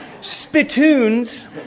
spittoons